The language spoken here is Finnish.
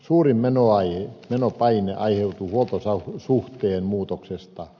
suurin menopaine aiheutuu huoltosuhteen muutoksesta